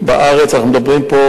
המכה שספג